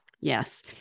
Yes